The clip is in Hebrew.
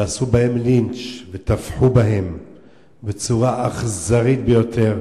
ועשו בהם לינץ', וטבחו בהם בצורה אכזרית ביותר.